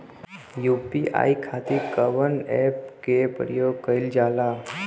UPI खातीर कवन ऐपके प्रयोग कइलजाला?